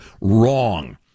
Wrong